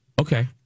Okay